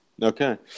Okay